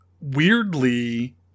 weirdly